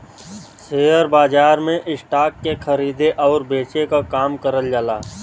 share बाजार में stock के खरीदे आउर बेचे क काम करल जाला